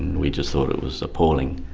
we just thought it was appalling.